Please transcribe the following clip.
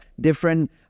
different